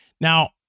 Now